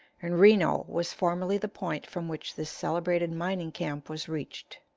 and reno was formerly the point from which this celebrated mining-camp was reached.